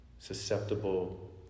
Susceptible